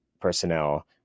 personnel